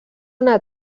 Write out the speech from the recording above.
una